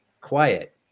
quiet